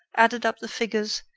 added up the figures,